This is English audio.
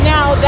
Now